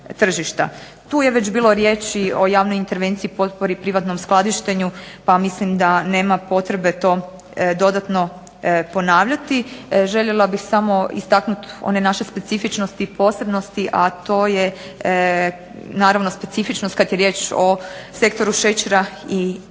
Tu je već bilo riječi o javnoj intervenciji potpori privatnom skladištenju, pa mislim da nema potrebe to dodatno ponavljati. Željela bih samo istaknuti one naše specifičnosti i posebnosti, a to je naravno specifičnost kad je riječ o sektoru šećera i